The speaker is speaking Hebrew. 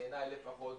בעיני לפחות,